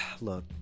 look